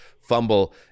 fumble